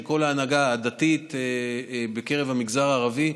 של כל ההנהגה הדתית בקרב המגזר הערבי,